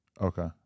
Okay